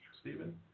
Stephen